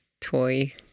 toy